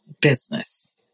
business